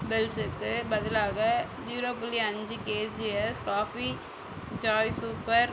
பெல்சுக்கு பதிலாக ஜீரோ புள்ளி அஞ்சு கேஜிஎஸ் காஃபி ஜாய் சூப்பர்